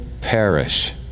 perish